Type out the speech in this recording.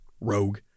rogue